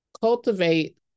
cultivate